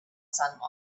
sunlight